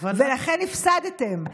ולכן הפסדתם,